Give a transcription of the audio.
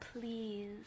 please